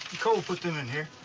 cole put them in here.